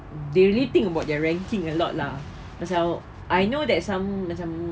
they really think about their ranking a lot lah macam I know that some macam